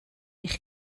eich